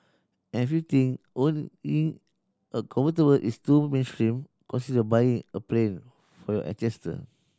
and if you think owning a convertible is too mainstream consider buying a plane for your ancestor